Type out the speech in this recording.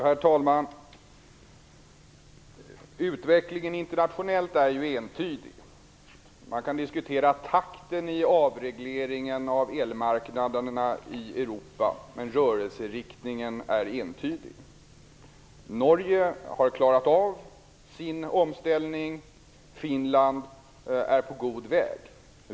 Herr talman! Utvecklingen internationellt är entydig. Man kan diskutera takten i avregleringen av elmarknaderna i Europa, men rörelseriktningen är entydig. Norge har klarat av sin omställning. Finland är på god väg.